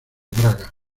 braga